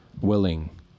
willing